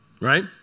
Right